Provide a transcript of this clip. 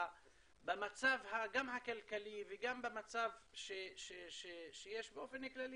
במצב גם הכלכלי וגם במצב שיש באופן כללי,